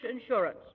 insurance